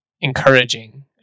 encouraging